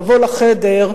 לבוא לחדר,